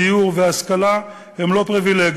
דיור והשכלה היא לא פריבילגיה,